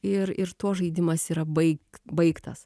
ir ir tuo žaidimas yra baigti baigtas